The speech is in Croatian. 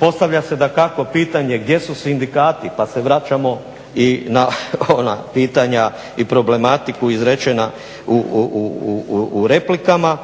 postavlja se dakako pitanje gdje su sindikati pa se vraćamo i na ona pitanja i problematiku izrečenu u replikama